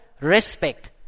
respect